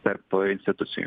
tarp institucijų